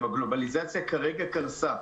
הגלובליזציה כרגע קרסה,